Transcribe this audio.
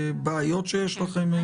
בעיות שיש לכם שם?